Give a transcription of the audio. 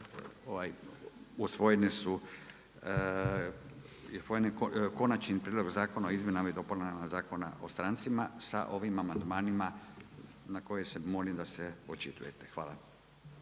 usvojene su Konačni prijedlog zakona o izmjenama i dopunama Zakona o strancima sa ovim amandmanima na koje se moli da se očitujete. Hvala.